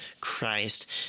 Christ